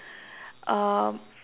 um